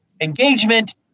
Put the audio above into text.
engagement